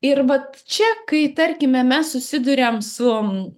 ir vat čia kai tarkime mes susiduriam su